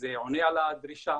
שזה עונה על הדרישה.